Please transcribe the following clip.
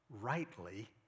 rightly